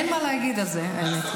אין מה להגיד על זה, האמת.